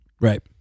Right